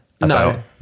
No